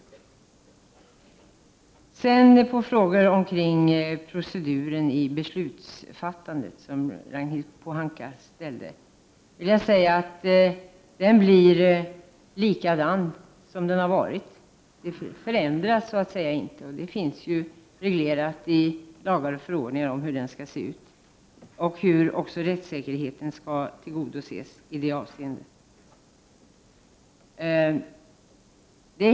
Ragnhild Pohanka ställde frågor beträffande proceduren i beslutsfattandet. Den blir som den har varit. Den förändras inte. Det finns reglerat i lagar och förordningar hur den skall se ut och hur rättssäkerheten skall tillgodoses i detta avseende.